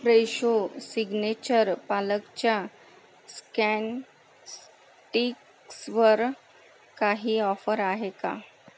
Fresho signature पालकच्या scan स्टिक्सवर काही ऑफर आहे का